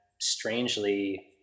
strangely